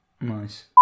Nice